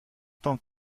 tant